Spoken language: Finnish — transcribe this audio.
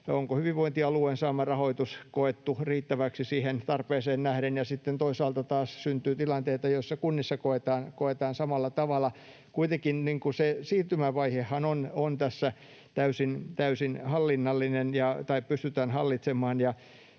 onko hyvinvointialueen saama rahoitus koettu riittäväksi tarpeeseen nähden, ja sitten toisaalta taas syntyy tilanteita, joissa kunnissa koetaan samalla tavalla. Kuitenkin se siirtymävaihehan pystytään tässä täysin hallitsemaan.